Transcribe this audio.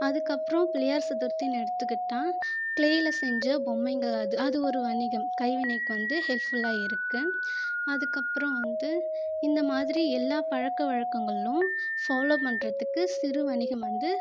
அதுக்கு அப்புறம் பிள்ளையார் சதுர்த்தின்னு எடுத்துக்கிட்டால் கிளேவில் செஞ்ச பொம்மைங்கள் அது அது ஒரு வணிகம் கைவினைக்கு வந்து ஹெல்ப்ஃபுல்லாக இருக்கும் அதுக்கு அப்புறம் வந்து இந்த மாதிரி எல்லா பழக்க வழக்கங்களும் ஃபாலோ பண்ணுறதுக்கு சிறு வணிகம் வந்து